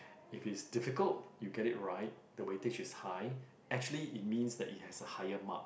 if it's difficult you get it right the weightage is high actually it means that it has a higher mark